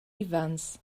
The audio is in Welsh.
ifans